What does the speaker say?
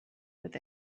with